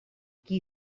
qui